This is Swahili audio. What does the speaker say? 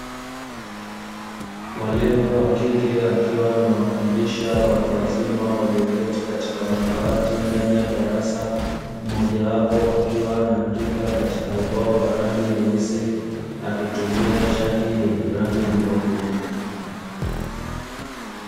Mwalimu wa kike akiwa anawafundisha watu wazima walioketi katika madawati, ndani ya darasa, mmoja wapo akiwa anaandika katika ubao wa rangi nyeusi, akitumia chaki yenye rangi nyeupe.